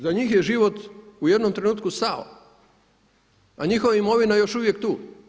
Za njih je život u jednom trenutku stao, a njihova imovina je još uvijek tu.